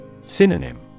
Synonym